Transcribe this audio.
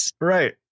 right